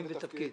הכסף.